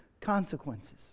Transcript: consequences